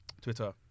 Twitter